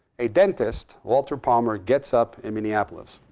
a dentist, walter palmer, gets up in minneapolis.